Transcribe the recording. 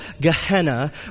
Gehenna